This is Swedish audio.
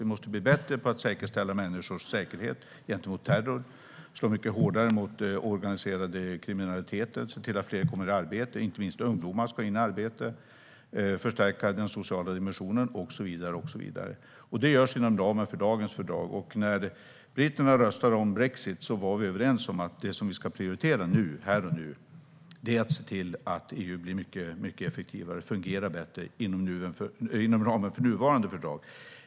Vi måste bli bättre på att säkerställa människors säkerhet gentemot terror, slå hårdare mot organiserad kriminalitet, se till att fler kommer i arbete - inte minst ungdomar ska in i arbete - förstärka den sociala dimensionen och så vidare. Det görs inom ramen för dagens fördrag. När britterna röstade om brexit var vi överens om att det vi ska prioritera här och nu är att se till att EU blir mycket effektivare och fungerar bättre inom ramen för nuvarande fördrag.